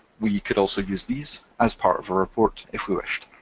we could also use these as part of a report if we wished.